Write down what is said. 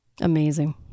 amazing